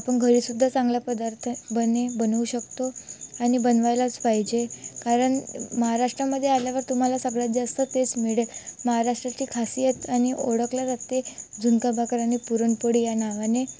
आपण घरीसुद्धा चांगला पदार्थ बने बनवू शकतो आणि बनवायलाच पाहिजे कारण महाराष्ट्रामध्ये आल्यावर तुम्हाला सगळ्यात जास्त तेच मिळेल महाराष्ट्राची खासियत आणि ओळखल्या जाते झुणका भाकर आणि पुरणपोळी या नावाने